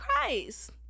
Christ